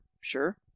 sure